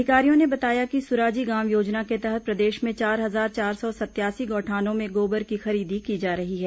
अधिकारियों ने बताया कि सुराजी गांव योजना के तहत प्रदेश में चार हजार चार सौ सतयासी गौठानों में गोबर की खरीदी की जा रही है